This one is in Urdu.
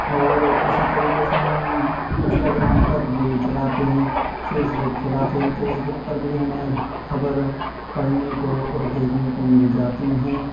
اور اسی طریقے سے ہم انسٹاگرام پر ریل چلاتے ہیں فیسبک چلاتے ہیں فیسبک پر بھی ہمیں خبر پڑھنے کو اور دیکھنے کو مل جاتی ہیں